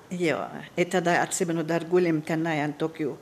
jo tada atsimenu dar gulėm tenai ant tokių